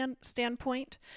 standpoint